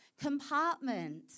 compartment